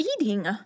eating